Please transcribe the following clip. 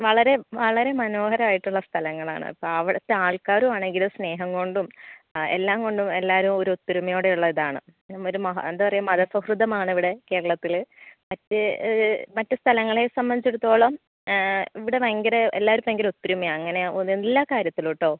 വളരെ വളരെ മനോഹരമായിട്ടുള്ള സ്ഥലങ്ങളാണ് അപ്പം അവിടത്തെ ആൾക്കാരും ആണെങ്കിലും സ്നേഹം കൊണ്ടും ആ എല്ലാം കൊണ്ടും എല്ലാവരും ഒരു ഒത്തൊരുമയോടെയുള്ള ഒരിതാണ് പിന്നെ ഒരു മഹാ എന്താണ് പറയുക മത സൌഹാർദ്ദമാണിവിടെ കേരളത്തിൽ മറ്റ് മറ്റ് സ്ഥലങ്ങളെ സംബന്ധിച്ചിടത്തോളം ഇവിടെ ഭയങ്കര എല്ലാവരും ഭയങ്കര ഒത്തൊരുമയാണ് അങ്ങനെയാണ് എല്ലാ കാര്യത്തിലും കേട്ടോ